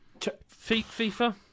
FIFA